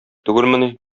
түгелмени